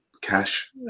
Cash